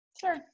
Sure